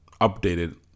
updated